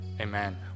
Amen